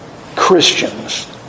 Christians